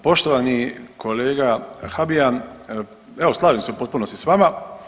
Poštovani kolega Habijan, evo slažem se u potpunosti sa vama.